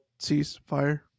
ceasefire